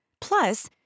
Plus